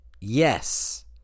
yes